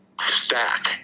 stack